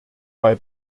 bei